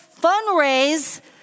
fundraise